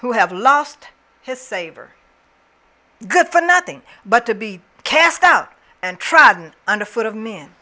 who have lost his savor good for nothing but to be cast out and tried underfoot of men